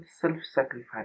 self-sacrifice